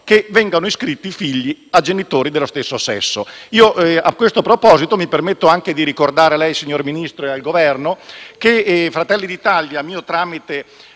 che vengano iscritti figli a genitori dello stesso sesso. A questo proposito, mi permetto anche di ricordare al signor Ministro e al Governo che il Gruppo Fratelli d'Italia, mio tramite